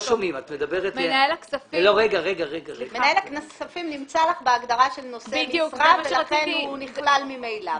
מנהל הכספים נמצא בהגדרה של נושא משרה ולכן הוא ממילא נכלל.